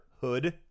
hood